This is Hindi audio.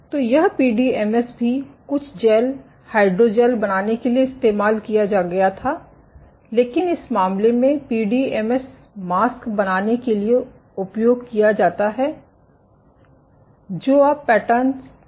तो यह पीडीएमएस भी कुछ जैल हाइड्रोजेल बनाने के लिए इस्तेमाल किया गया था लेकिन इस मामले में P D M S mask बनाने के लिए उपयोग किया जाता है जो आप पैटर्न नहीं जानते हैं